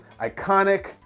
iconic